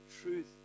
truth